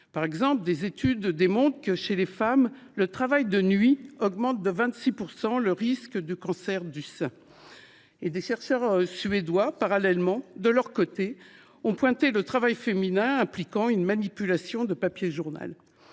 Par exemple, des études démontrent que, chez les femmes, le travail de nuit augmente de 26 % le risque de cancer du sein. De leur côté, des chercheurs suédois ont mis en avant le risque que présente le travail féminin impliquant une manipulation de papier journal.